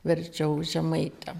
verčiau žemaitę